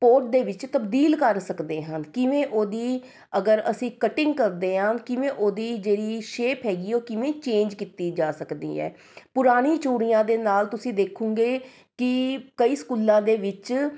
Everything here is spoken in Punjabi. ਪੋਟ ਦੇ ਵਿੱਚ ਤਬਦੀਲ ਕਰ ਸਕਦੇ ਹਨ ਕਿਵੇਂ ਉਹਦੀ ਅਗਰ ਅਸੀਂ ਕਟਿੰਗ ਕਰਦੇ ਹਾਂ ਕਿਵੇਂ ਉਹਦੀ ਜਿਹੜੀ ਸ਼ੇਪ ਹੈਗੀ ਉਹ ਕਿਵੇਂ ਚੇਂਜ ਕੀਤੀ ਜਾ ਸਕਦੀ ਹੈ ਪੁਰਾਣੀ ਚੂੜੀਆਂ ਦੇ ਨਾਲ ਤੁਸੀਂ ਦੇਖੁਗੇ ਕਿ ਕਈ ਸਕੂਲਾਂ ਦੇ ਵਿੱਚ